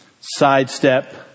sidestep